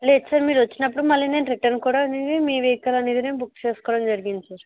లేదు సార్ మీరు వచ్చినప్పుడు మళ్ళీ నేను రిటర్న్ కూడా అనేది మీ వెహికల్ అనేది నేను బుక్ చేసుకోవడం జరిగింది సార్